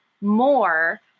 more